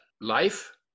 life